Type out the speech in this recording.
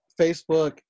Facebook